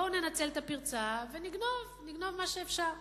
בואו ננצל את הפרצה ונגנוב, נגנוב מה שאפשר.